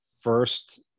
first